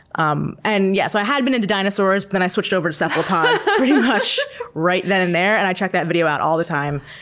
um and yeah so i had been into dinosaurs but then i switched over to cephalopods pretty much right then and there, and i checked that video out all the time.